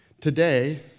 Today